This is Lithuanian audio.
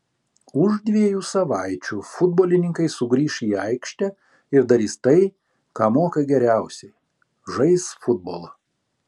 už dviejų savaičių futbolininkai sugrįš į aikštę ir darys tai ką moka geriausiai žais futbolą